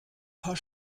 paar